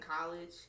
college